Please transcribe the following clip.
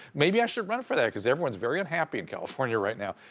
maybe i should run for that cause everyone's very unhappy in california right now,